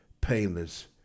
painless